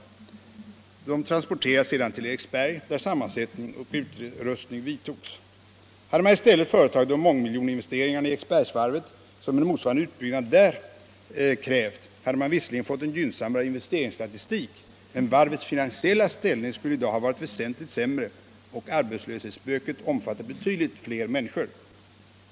Dessa skrov transporterades sedan till Eriksberg, där sammansättning och utrustning vidtog. Hade man i stället företagit de mångmiljoninvesteringar i Eriksbergsvarvet som en motsvarande utbyggnad där krävt, så hade man visserligen fått en gynnsammare investeringsstatistik, men varvets finansiella ställning skulle i dag ha varit väsentligt sämre och arbetslöshetsspöket omfattat betydligt fler människor.